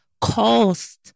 cost